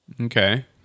Okay